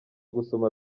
gusoma